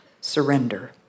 surrender